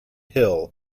hill